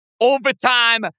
overtime